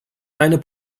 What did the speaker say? deine